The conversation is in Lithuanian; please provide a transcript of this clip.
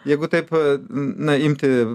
jeigu taip na imti